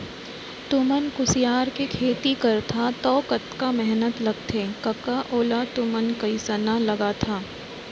तुमन कुसियार के खेती करथा तौ कतका मेहनत लगथे कका ओला तुमन कइसना लगाथा